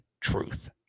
truth